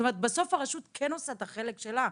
בסוף הרשות כן עושה את החלק שלה.